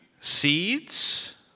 seeds